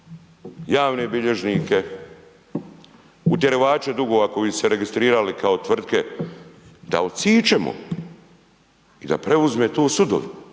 javne bilježnike, utjerivače dugova koji su se registrirali kao tvrtke da odsiječemo i da preuzmu tu sudovi.